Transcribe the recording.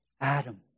Adam